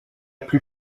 plus